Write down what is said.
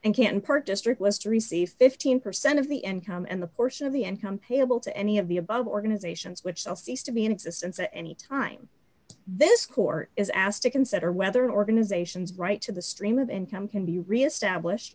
and can park district was to receive fifteen percent of the income and the portion of the income payable to any of the above organizations which shall cease to be in existence any time this court is asked to consider whether organizations right to the stream of income can be reestablish